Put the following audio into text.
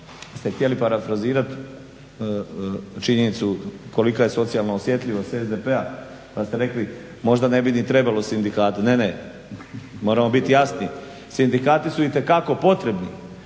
ste htjeli parafrazirat činjenicu kolika je socijalna osjetljivost SDP-a pa ste rekli možda ne bi ni trebalo sindikate. Ne, ne, moramo biti jasni, sindikati su itekako potrebni,